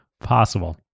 possible